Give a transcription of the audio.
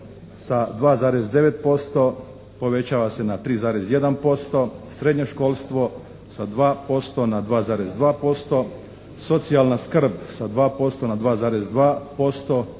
srednje školstvo sa 2% na 2,2%. Socijalna skrb sa 2% na 2,2%